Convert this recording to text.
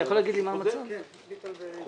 אז